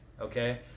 okay